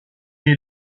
est